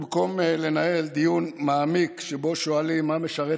במקום לנהל דיון מעמיק שבו שואלים מה משרת